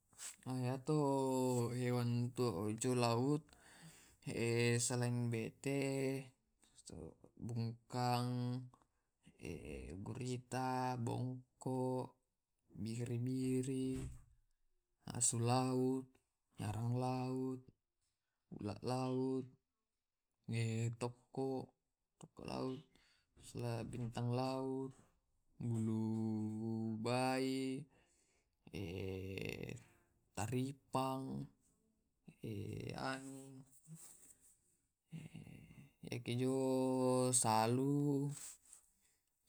Iyamto hewan to jo laut selain bete, bungkang, gurita, bongko, biri-biri, asu laut, nyarang laut, ula laut, tokko tokko laut, bintang laut, bulu bayi, taripang, anu, ekejo jusalu,